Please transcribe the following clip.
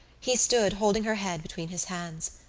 he stood, holding her head between his hands.